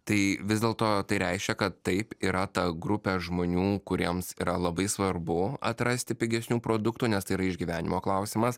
tai vis dėlto tai reiškia kad taip yra ta grupė žmonių kuriems yra labai svarbu atrasti pigesnių produktų nes tai yra išgyvenimo klausimas